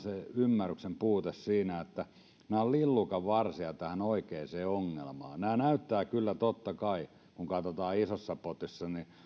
ymmärryksen puute siinä että nämä ovat lillukanvarsia tähän oikeaan ongelmaan tämä näyttää kyllä totta kai kun katsotaan isossa potissa